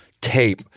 tape